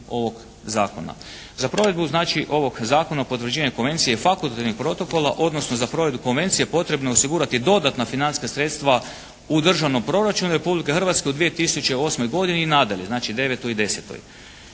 Za provedbu znači ovog Zakona o potvrđivanju konvencije i fakultativnog protokola odnosno za provedbu konvencije potrebno je osigurati dodatna financijska sredstva u državnom proračunu Republike Hrvatske u 2008. godini i nadalje. Znači, devetoj